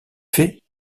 faits